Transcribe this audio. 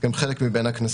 גם חלק מהקנסות.